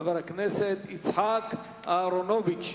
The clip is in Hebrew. חבר הכנסת יצחק אהרונוביץ.